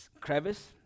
crevice